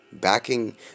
Backing